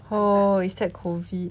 oh is that COVID